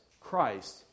Christ